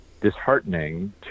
disheartening